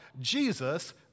Jesus